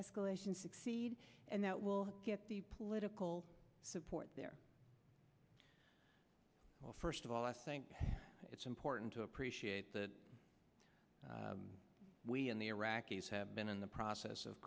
escalation succeed and that will get the political support there first of all i think it's important to appreciate when the iraqis have been in the process of